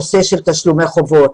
נושא של תשלומי חובות,